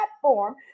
platform